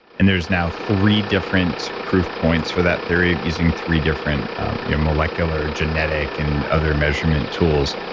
and there's now three different proof points for that theory of using three different yeah molecular, genetic, and other measurement tools.